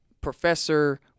professor